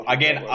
Again